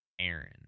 Aaron